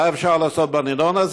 מה אפשר לעשות בנדון,